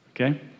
Okay